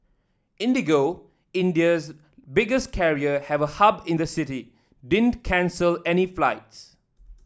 IndiGo India's biggest carrier have a hub in the city didn't cancel any flights